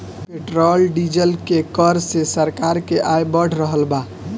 petrol diesel के कर से सरकार के आय बढ़ रहल बा